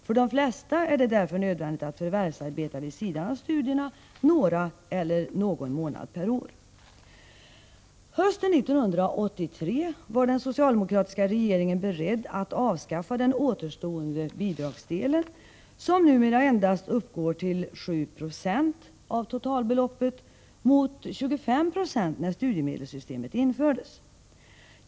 För de flesta är det därför nödvändigt att vid sidan av studierna förvärvsarbeta någon eller några månader per år. Hösten 1983 var den socialdemokratiska regeringen beredd att avskaffa den återstående bidragsdelen, som numera uppgår till endast ca 7 Jo av totalbeloppet mot 25 76 när studiemedelssystemet infördes.